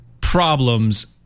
problems